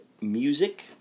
Music